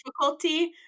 difficulty